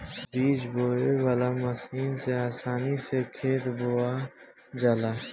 बीज बोवे वाला मशीन से आसानी से खेत बोवा जाला